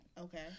Okay